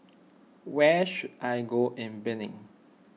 where should I go in Benin